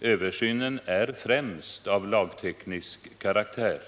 Översynen är främst av lagteknisk karaktär.